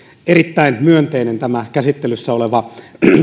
erittäin myönteinen tämä käsittelyssä oleva